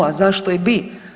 A zašto i bi?